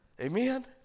Amen